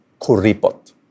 Kuripot